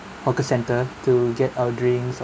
hawker centre to get our drinks